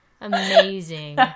Amazing